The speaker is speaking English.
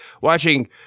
watching